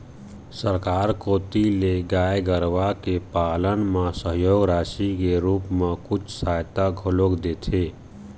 सरकार कोती ले गाय गरुवा के पालन म सहयोग राशि के रुप म कुछ सहायता घलोक देथे